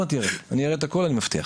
אני אראה את הכול, אני מבטיח.